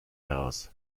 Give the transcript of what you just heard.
heraus